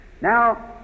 Now